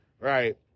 Right